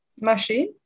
Machine